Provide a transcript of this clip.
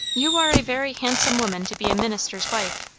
you are a very handsome woman to be a minister's wife.